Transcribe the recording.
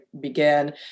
began